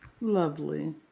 Lovely